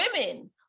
women